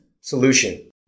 solution